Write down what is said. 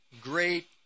great